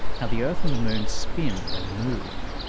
how the earth and the moon spin and move.